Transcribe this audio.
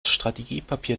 strategiepapier